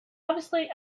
obviously